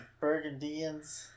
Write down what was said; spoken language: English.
burgundians